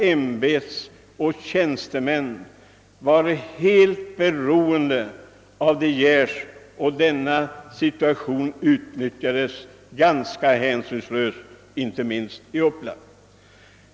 ämbetsoch tjänstemännen var då helt beroende av De Geer, och denna situation utnyttjades hänsynslöst inte minst i Uppland.